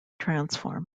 transform